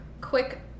quick